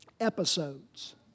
episodes